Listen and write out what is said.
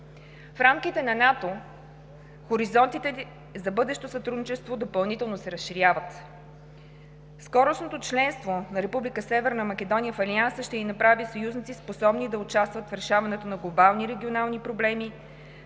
В рамките на НАТО хоризонтите за бъдещо сътрудничество допълнително се разширяват. Скорошното членство на Република Северна Македония в Алианса ще ни направи съюзници, способни да участват в решаването на глобални регионални проблеми,